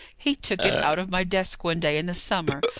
he took it out of my desk one day in the summer,